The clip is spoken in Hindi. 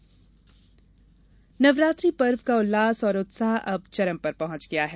नवरात्रि नवरात्रि पर्व का उल्लास और उत्साह अब चरम पर पहुँच गया है